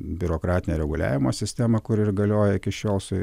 biurokratinio reguliavimo sistemą kur ir galioja iki šiol su